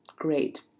great